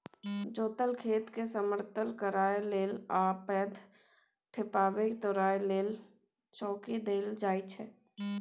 जोतल खेतकेँ समतल करय लेल आ पैघ ढेपाकेँ तोरय लेल चौंकी देल जाइ छै